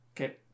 Okay